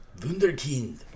Wunderkind